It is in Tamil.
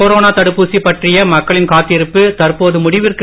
கொரோனா தடுப்பூசி பற்றிய மக்களின் காத்திருப்பு தற்போது முடிவிற்கு